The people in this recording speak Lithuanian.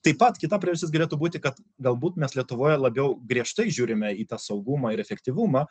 taip pat kita priežastis galėtų būti kad galbūt mes lietuvoje labiau griežtai žiūrime į tą saugumą ir efektyvumą